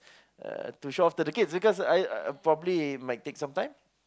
uh to show off to the kids because I probably might take some time